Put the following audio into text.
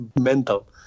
mental